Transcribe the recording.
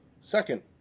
Second